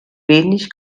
wenig